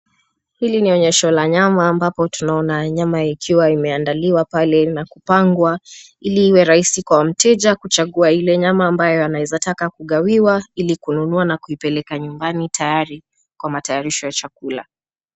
Hili ni onyesho la nyama ambapo tunaona nyama ikiwa imeandaliwa pale na kupangwa ili iwe rahisi kwa mteja kuchagua ile nyama ambayo anaweza taka kugawiwa ili kununua na kumpeleka nyumbani tayari kwa matayarisho ya chakula.